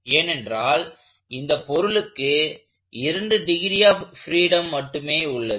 ஏனென்றால் இந்த பொருளுக்கு 2 டிகிரி ஆஃப் ஃபிரீடம் மட்டுமே உள்ளது